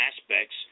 aspects